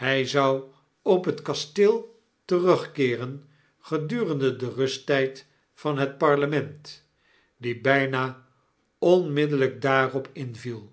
hy zou op het kasteel terugkeeren gedurende denrusttpvan het parlement die bpa onmiddellp daarop inviel